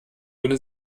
ohne